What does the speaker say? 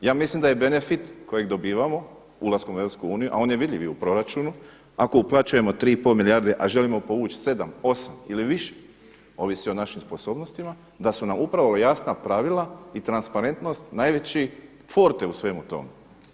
Ja mislim da je benefit kojeg dobivamo, ulaskom u Europsku uniju, a on je vidljiv i u proračunu ako uplaćujemo 3,5 milijarde a želimo povući 7, 8 ili više, ovisi o našim sposobnostima da su nam upravo jasna pravila i transparentnost najveći forte u svemu tome.